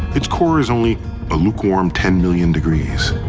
its core is only ah lukewarm ten million degrees.